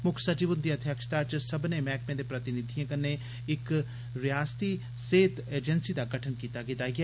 मुक्ख सचिव हुंदी अध्यक्षता च सब्बने मैह्कमें दे प्रतिनिधिएं कन्नै इक रिआसती सेह्त एजेंसी दा गठन कीता गेदा ऐ